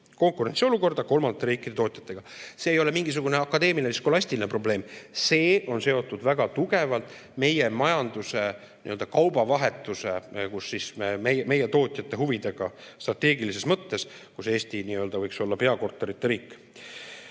konkurentsiolukorda kolmandate riikide tootjatega. See ei ole mingisugune akadeemiline skolastiline probleem. See on seotud väga tugevalt meie majanduse, kaubavahetuse, meie tootjate huvidega strateegilises mõttes, kus Eesti võiks olla nii-öelda peakorterite riik.